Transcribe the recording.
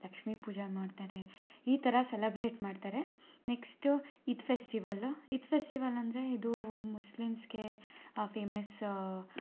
ಲಕ್ಷ್ಮೀ ಪೂಜೆ ಮಾಡ್ತಾರೆ ಈ ಥರ ಸೆಲಬ್ರೇಟ್ ಮಾಡ್ತಾರೆ ನೆಕ್ಸ್ಟು ಈದ್ ಫೆಸ್ಟಿವಲ್ ಈದ್ ಫೆಸ್ಟಿವಲಂದರೆ ಇದು ಮುಸ್ಲಿಮ್ಸ್ಗೆ ಫೇಮಸ್ಸ